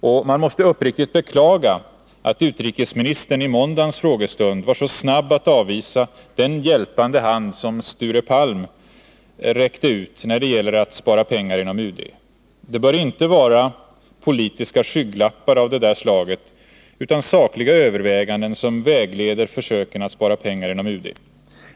Och man måste uppriktigt beklaga att utrikesministern i måndagens frågestund var så snar att avvisa den hjälpande hand som Sture Palm räckte ut när det gäller att spara pengar inom UD. Det bör inte vara politiska skygglappar av det slaget utan sakliga överväganden som vägleder försöken att spara pengar inom UD.